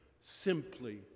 simply